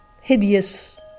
hideous